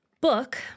book